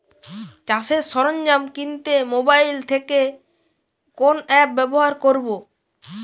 চাষের সরঞ্জাম কিনতে মোবাইল থেকে কোন অ্যাপ ব্যাবহার করব?